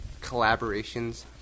collaborations